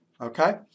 Okay